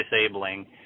disabling